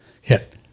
hit